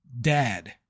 dad